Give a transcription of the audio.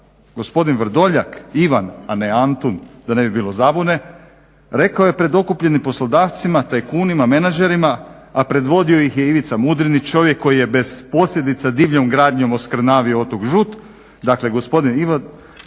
Gospodin Vrdoljak, Ivan a ne Antun, da ne bi bilo zabune, rekao je pred okupljenim poslodavcima, tajkunima, menadžerima, a predvodio ih je Ivica Mudrinić čovjek koji je bez posljedica divljom gradnjom oskrnavio otok Žut,